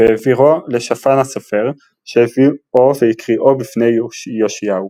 והעבירו לשפן הסופר שהביאו והקריאו בפני יאשיהו.